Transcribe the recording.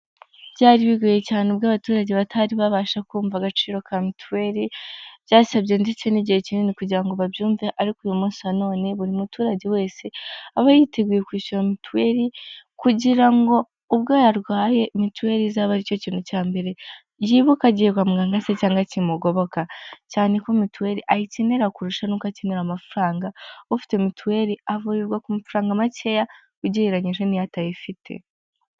Byari bigoye cyane ubwo abaturage batari babasha kumva agaciro ka mituweli, byasabye ndetse n'igihe kinini kugira ngo babyumve ariko uyu munsi wa none buri muturage wese aba yiteguye kwishyura mituweli kugira ngo ubwo yarwaye mituweli izaba aricyo kintu cya mbere yibuka agiye kwamwa me se cyangwa kimugoboka, cyane ko mituweli ayikenera kurusha nuko akenera amafaranga. Hfite mutuweli avurirwa ku mafaranga makeya ugereranyije n'iyo atayifite.